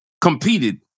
competed